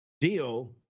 deal